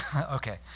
okay